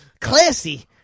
Classy